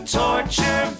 torture